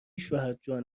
شوهرجان